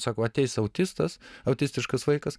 sako ateis autistas autistiškas vaikas